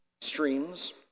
streams